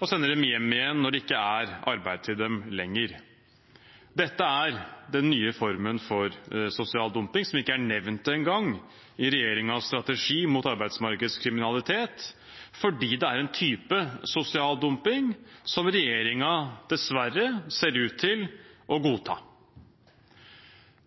og sender dem hjem igjen når det ikke er arbeid til dem lenger. Dette er den nye formen for sosial dumping, som ikke engang er nevnt i regjeringens strategi mot arbeidsmarkedskriminalitet, fordi det er en type sosial dumping som regjeringen dessverre ser ut til å godta.